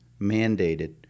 mandated